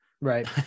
right